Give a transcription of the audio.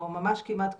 או ממש כמעט כולם,